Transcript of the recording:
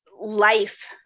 life